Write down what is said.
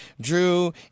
Drew